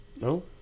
No